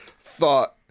thought